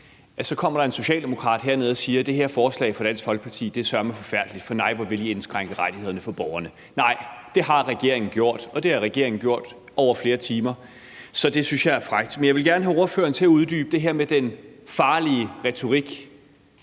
så kommer en socialdemokratisk ordfører herned og siger, at det her forslag fra Dansk Folkeparti søreme er forfærdeligt, for nej, hvor vil vi indskrænke rettighederne for borgerne. Nej, det har regeringen gjort, og det har regeringen gjort over flere timer, så det synes jeg er frækt. Men jeg vil gerne have ordføreren til at uddybe det her med den farlige retorik,